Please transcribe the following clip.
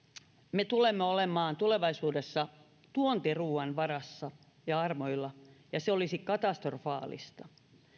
me tulemme olemaan tulevaisuudessa tuontiruuan varassa ja armoilla ja se olisi katastrofaalista